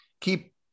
keep